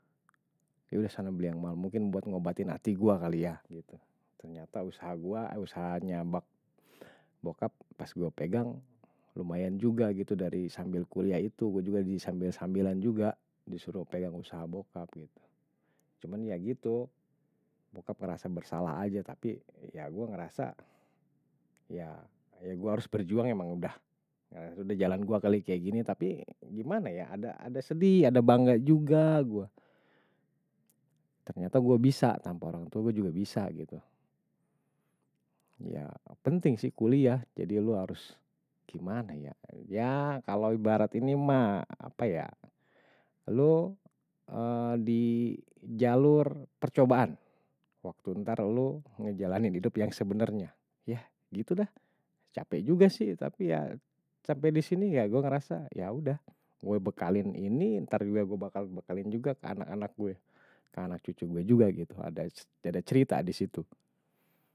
Dia udah sana beli yang malu, mungkin buat ngobatin hati gue kali ya. Ternyata usaha gue, usaha nyabak bokap pas gue pegang lumayan juga gitu dari sambil kuliah itu. Gue juga disambil sambilan juga disuruh pegang usaha bokap gitu. Cuman ya gitu, bokap ngerasa bersalah aja tapi ya gue ngerasa ya gue harus berjuang emang udah. Udah jalan gue kali kayak gini tapi gimana ya, ada sedih, ada bangga juga gue. Ternyata gue bisa tanpa orang tua, gue juga bisa gitu. Ya penting sih kuliah, jadi lu harus gimana ya. Ya kalau ibarat ini ma, apa ya, lu di jalur percobaan. Waktu ntar lu ngejalanin hidup yang sebenernya. Ya gitu dah, cape juga sih tapi ya cape disini ya gue ngerasa ya udah. Gue bekalin ini ntar gue bakal bekalin juga ke anak anak gue. Ke anak cucu gue juga gitu, ada cerita disitu.